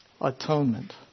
atonement